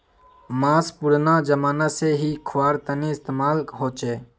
माँस पुरना ज़माना से ही ख्वार तने इस्तेमाल होचे